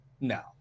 no